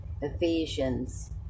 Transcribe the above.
Ephesians